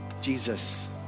Jesus